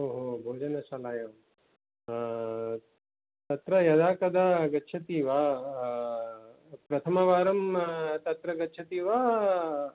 ओ हो भोजनशालायां तत्र यदा कदा गच्छति वा प्रथमवारं तत्र गच्छति वा